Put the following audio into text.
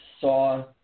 saw